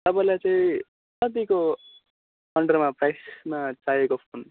तपाईँलाई चाहिँ कतिको अन्डरमा प्राइसमा चाहिएको फोन